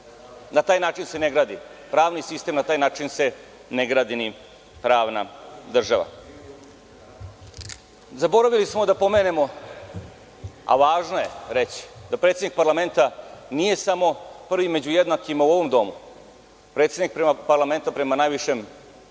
Na taj način se ne gradi pravni sistem. Na taj način se ne gradi ni pravna država. Zaboravili smo da pomenemo, a važno je reći, da predsednik parlamenta nije samo prvi među jednakima u ovom domu. Predsednik parlamenta, prema najvišem